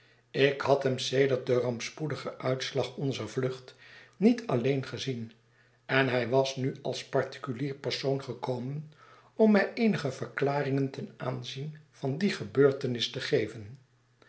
ik had hem sedert den rampspoedigen uitslag onzer vlucht niet alleen gezien en hij was nu als particulier persoon gekomen om mij eenige verklaringen ten aanzien van die gebeurtenis te geven